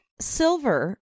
silver